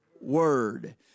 Word